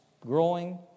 growing